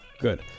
Good